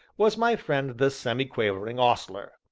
was my friend the semi-quavering ostler.